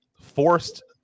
forced